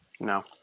No